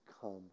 come